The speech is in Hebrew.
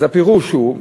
הפירוש הוא: